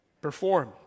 perform